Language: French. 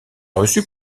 reçu